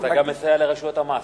אתה גם מסייע לרשויות המס.